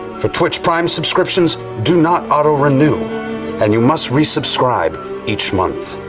for twitch prime subscriptions do not auto-renew and you must resubscribe each month.